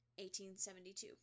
1872